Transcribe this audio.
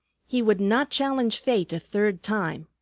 he would not challenge fate a third time.